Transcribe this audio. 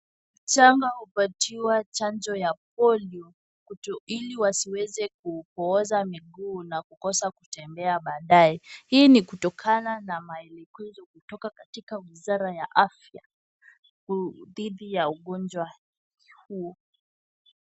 Watoto hupewa chanjo ya polio ili wasiweze kuoza miguu na kukosa kutembea baadae, hii ni kutokana na maelezo katika wizara ya afya dhidi ya ugonjwa huo.